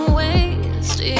waste